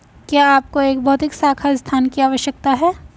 क्या आपको एक भौतिक शाखा स्थान की आवश्यकता है?